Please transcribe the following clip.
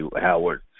Howard